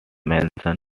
mention